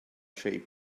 shape